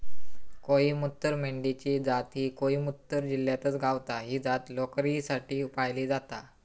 कोईमतूर मेंढी ची जात ही कोईमतूर जिल्ह्यातच गावता, ही जात लोकरीसाठी पाळली जाता